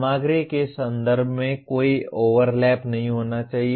सामग्री के संदर्भ में कोई ओवरलैप नहीं होना चाहिए